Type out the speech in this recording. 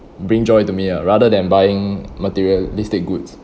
bring joy to me ah rather than buying materialistic goods